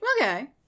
Okay